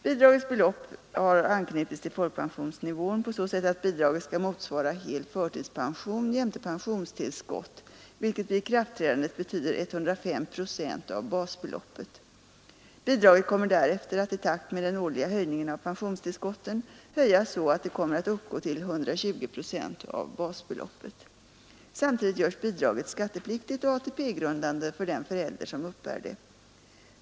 Bidragets belopp har anknutits till folkpensionsnivån på så sätt att bidraget skall motsvara hel förtidspension jämte pensionstillskott, vilket vid ikraftträdandet betyder 105 procent av basbeloppet. Bidraget kommer därefter att i takt med den årliga ökningen av pensionstillskotten höjas så att det kommer att uppgå till 120 procent av basbeloppet. Samtidigt görs bidraget skattepliktigt och ATP-grundande för den förälder som uppbär det.